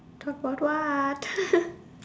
talk about what